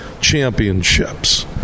Championships